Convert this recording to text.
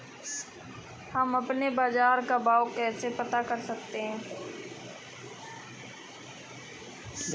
हम अपने बाजार का भाव कैसे पता कर सकते है?